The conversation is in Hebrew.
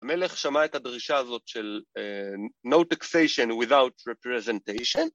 המלך שמע את הדרישה הזאת של no taxation without representation?